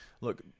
Look